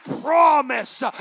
promise